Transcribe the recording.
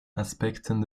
aspekten